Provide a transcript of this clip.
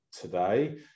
today